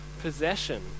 possession